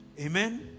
Amen